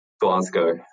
Glasgow